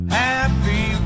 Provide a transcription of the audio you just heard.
happy